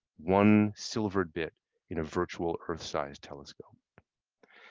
one silver bit in a virtual earth sized telescope.